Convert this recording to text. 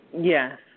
Yes